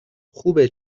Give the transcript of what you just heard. خوبه